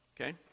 okay